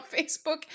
Facebook